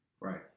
Right